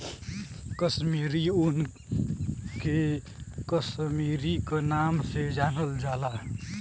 कसमीरी ऊन के कसमीरी क नाम से जानल जाला